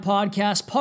Podcast